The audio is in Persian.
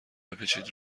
بپیچید